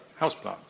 houseplants